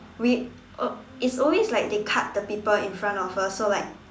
we uh it's always like they cut the people in front of us so like